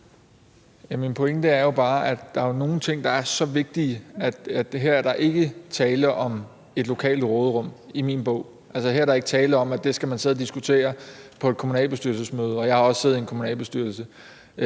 er nogle ting, der er så vigtige, at der her i min bog ikke er tale om et lokalt råderum. Her er der ikke tale om, at det skal man sidde og diskutere på et kommunalbestyrelsesmøde – jeg har også siddet i en kommunalbestyrelse